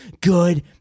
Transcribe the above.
good